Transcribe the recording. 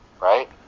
right